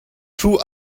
true